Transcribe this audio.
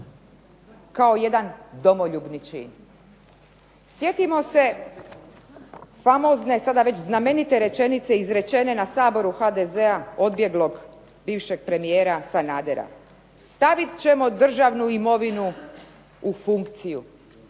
kao jedan domoljubni čin. Sjetimo se famozne sada već znamenite rečenice izrečene na Saboru HDZ-a odbjeglog bivšeg premijera Sanadera „Stavit ćemo državnu imovinu u funkciji“.